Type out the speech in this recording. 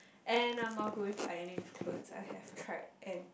and I'm not good with ironing with clothes I have tried and